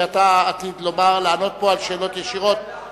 ואתה עתיד לענות פה על שאלות ישירות,